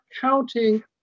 counting